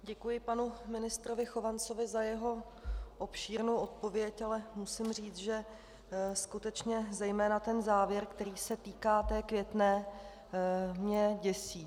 Děkuji panu ministru Chovancovi za jeho obšírnou odpověď, ale musím říct, že skutečně zejména závěr, který se týká Květné, mě děsí.